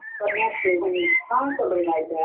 but naturally when you find somebody like